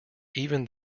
even